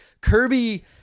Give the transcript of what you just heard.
Kirby